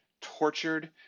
tortured